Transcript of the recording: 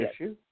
issue